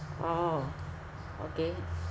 orh okay